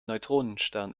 neutronenstern